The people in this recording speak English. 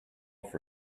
for